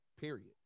Period